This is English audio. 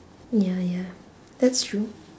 ya ya that's true